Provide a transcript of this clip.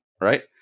right